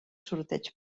sorteig